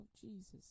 Jesus